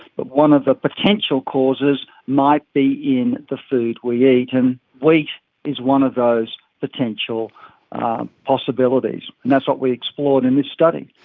but one of the potential causes might be in the food we eat, and wheat is one of those potential possibilities. and that's what we explored in this study.